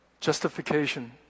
justification